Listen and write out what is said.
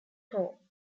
home